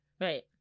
Right